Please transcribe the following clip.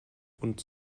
und